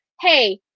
hey